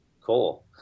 Cool